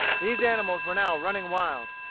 these animals were now running wild.